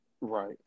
Right